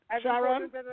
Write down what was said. Sharon